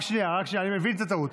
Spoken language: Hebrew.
רק שנייה, אני מבין את הטעות.